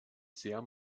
sehr